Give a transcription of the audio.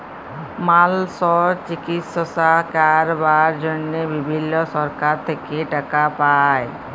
মালসর চিকিশসা ক্যরবার জনহে বিভিল্ল্য সরকার থেক্যে টাকা পায়